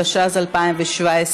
התשע"ז 2017,